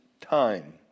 time